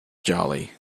jolly